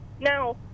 Now